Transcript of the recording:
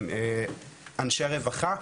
אנשי רווחה,